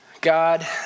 God